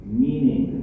meaning